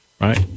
right